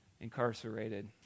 incarcerated